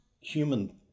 human